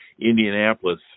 Indianapolis